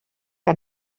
que